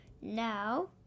now